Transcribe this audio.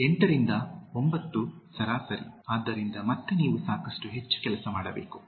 8 ರಿಂದ 9 ಸರಾಸರಿ ಆದ್ದರಿಂದ ಮತ್ತೆ ನೀವು ಸಾಕಷ್ಟು ಹೆಚ್ಚು ಕೆಲಸ ಮಾಡಬೇಕು